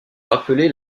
rappeler